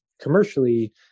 commercially